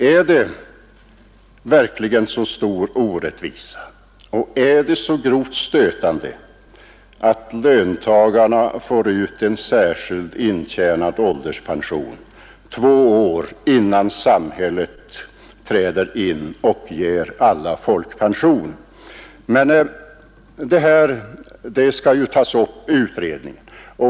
Är det verkligen en så stor orättvisa och är det så grovt stötande att löntagarna får ut en särskilt intjänad ålderspension två år innan samhället träder in och ger alla folkpension?